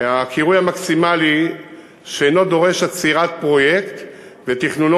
הקירוי המקסימלי שאינו דורש עצירת פרויקט ותכנונו